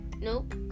Nope